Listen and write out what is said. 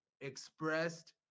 expressed